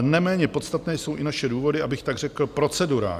Neméně podstatné jsou i naše důvody, abych tak řekl, procedurální.